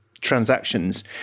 transactions